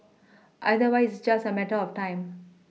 otherwise it's just a matter of time